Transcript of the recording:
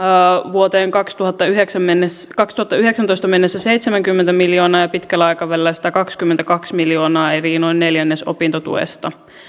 vuoteen kaksituhattayhdeksäntoista kaksituhattayhdeksäntoista mennessä seitsemänkymmentä miljoonaa ja pitkällä aikavälillä satakaksikymmentäkaksi miljoonaa eli noin neljännes opintotuesta